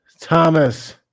Thomas